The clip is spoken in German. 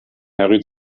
harry